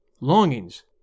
longings